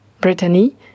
Brittany